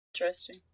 Interesting